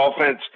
offense